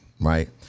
right